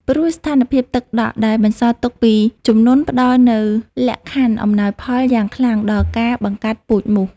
ព្រោះស្ថានភាពទឹកដក់ដែលបន្សល់ទុកពីជំនន់ផ្តល់នូវលក្ខខណ្ឌអំណោយផលយ៉ាងខ្លាំងដល់ការបង្កាត់ពូជមូស។